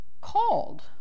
called